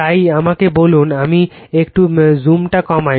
তাই আমাকে বলুন আমি একটু জুমটা কমাই